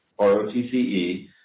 ROTCE